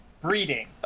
Breeding